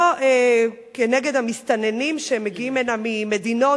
לא כנגד המסתננים שמגיעים הנה ממדינות